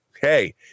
hey